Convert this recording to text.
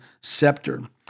scepter